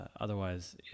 otherwise